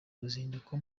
ruzinduko